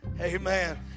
amen